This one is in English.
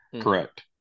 Correct